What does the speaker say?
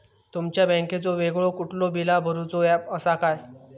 तुमच्या बँकेचो वेगळो कुठलो बिला भरूचो ऍप असा काय?